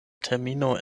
termino